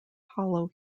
hollow